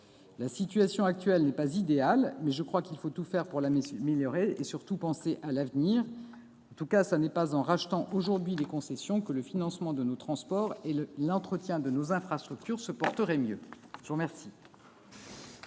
La situation actuelle n'est pas idéale, mais je crois qu'il faut tout faire pour l'améliorer et, surtout, penser à l'avenir. En tout cas, ce n'est pas en rachetant aujourd'hui les concessions que le financement de nos transports et l'entretien de nos infrastructures se porteront mieux. La parole